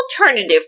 alternative